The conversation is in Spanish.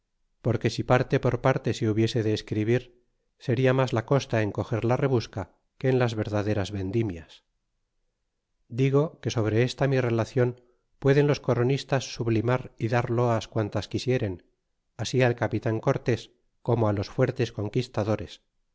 porque si parte por parte se hubiese de escribir seria mas la costa en coger la rebusca que en las verdaderas vendimias oigo que sobre esta mi relacion pueden los coronistas sublimar y dar loas quantas quisieren así al capitan cortés como fi los fuertes conquistadores